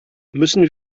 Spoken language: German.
müssen